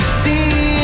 see